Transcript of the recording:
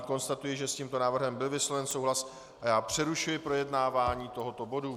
Konstatuji, že s tímto návrhem byl vysloven souhlas, a přerušuji projednávání tohoto bodu.